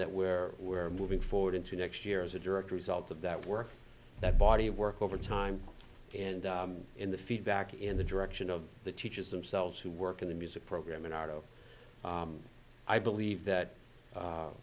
that where we're moving forward into next year is a direct result of that work that body of work over time and in the feedback in the direction of the teachers themselves who work in the music program in audio i believe that